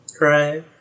Right